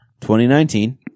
2019